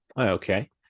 Okay